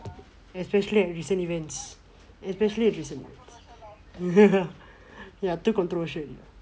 especially in recent events especially recent ya too controversial